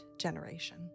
generation